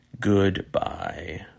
Goodbye